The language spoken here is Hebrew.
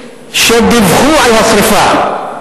שדיווחו על השרפה.